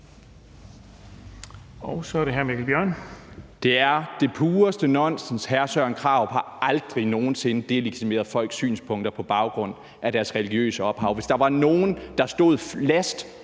det pureste nonsens. Hr. Søren Krarup har aldrig nogen sinde delegitimeret folks synspunkter på baggrund af deres religiøse ophav. Hvis der var nogen, der stod last